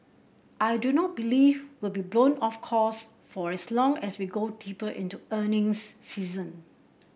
I do not believe will be blown off course for as long as we go deeper into earnings season